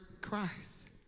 Christ